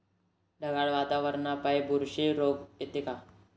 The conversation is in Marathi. ढगाळ वातावरनापाई बुरशी रोग येते का?